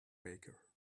baker